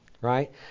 Right